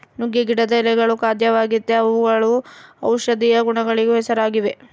ನುಗ್ಗೆ ಗಿಡದ ಎಳೆಗಳು ಖಾದ್ಯವಾಗೆತೇ ಅವುಗಳು ಔಷದಿಯ ಗುಣಗಳಿಗೂ ಹೆಸರಾಗಿವೆ